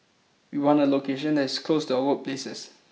we want a location that is close to our workplaces